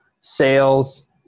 sales